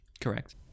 Correct